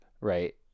right